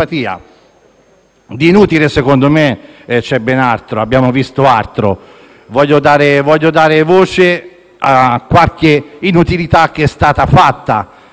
Voglio dare voce a qualche inutilità che è stata fatta in Parlamento: ad esempio, è di pochi giorni fa